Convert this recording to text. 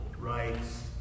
rights